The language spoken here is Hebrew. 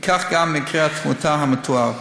וכך גם מקרה המוות המתואר.